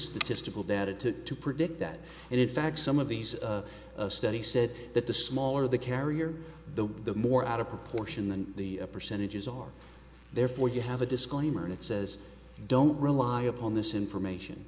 statistical data to predict that and in fact some of these study said that the smaller the carrier the more out of proportion than the percentages are therefore you have a disclaimer that says don't rely upon this information